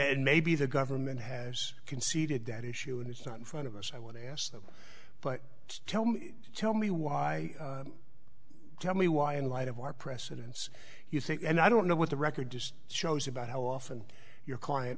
maybe the government has conceded that issue and it's not in front of us i want to ask but tell me tell me why tell me why in light of our precedents you think and i don't know what the record just shows about how often your client